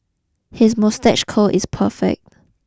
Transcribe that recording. his moustache curl is perfect